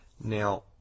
Now